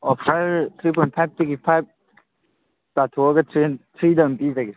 offer three point ꯐꯥꯏꯚꯇꯒꯤ five ꯇꯥꯊꯣꯛꯂꯒ ꯊ꯭ꯔꯤꯗ ꯑꯗꯨꯝ ꯄꯤꯖꯒꯦ